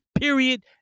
period